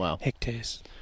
hectares